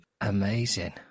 Amazing